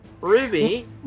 Ruby